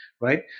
right